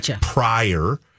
prior